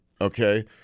okay